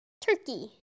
Turkey